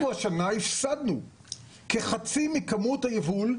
אנחנו השנה הפסדנו כחצי מכמות היבול,